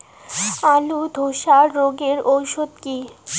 আলুর ধসা রোগের ওষুধ কি?